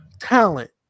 talent